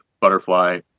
butterfly